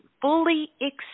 fully